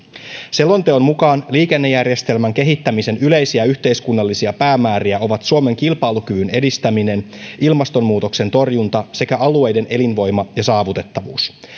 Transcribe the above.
selonteon mukaan liikennejärjestelmän kehittämisen yleisiä yhteiskunnallisia päämääriä ovat suomen kilpailukyvyn edistäminen ilmastonmuutoksen torjunta sekä alueiden elinvoima ja saavutettavuus